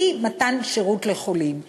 שהיא מתן שירות לחולים.